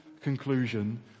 conclusion